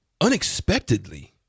unexpectedly